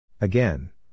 Again